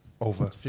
over